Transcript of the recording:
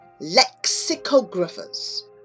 lexicographers